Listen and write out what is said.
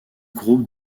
groupes